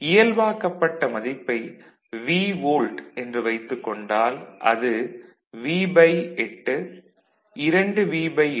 இயல்பாக்கப்பட்ட மதிப்பை V volt என்று வைத்துகொண்டால் அது V8 2V8 3V8